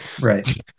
Right